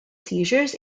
seizures